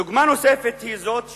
דוגמה נוספת היא זאת שהצעת,